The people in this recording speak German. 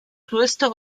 größte